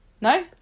No